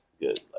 good